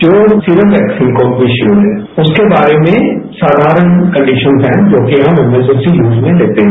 जो serum vaccine composition है उसके बारे में साधारण कंडीशन्स है जो कि हम एमरजेंसी यूज में लेते हैं